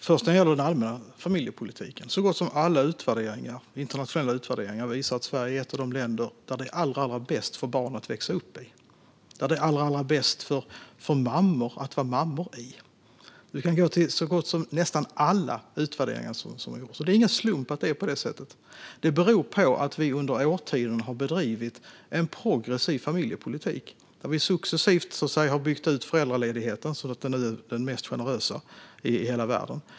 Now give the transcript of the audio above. Fru talman! När det först gäller den allmänna familjepolitiken visar så gott som alla internationella utvärderingar att Sverige är ett av de länder som är allra bäst för barn att växa upp i och för mammor att vara mammor i. Man kan gå till så gott som alla utvärderingar som har gjorts. Det är ingen slump att det är på det sättet. Det beror på att vi under årtionden har bedrivit en progressiv familjepolitik. Vi har successivt byggt ut föräldraledigheten så att den nu är den mest generösa i hela världen.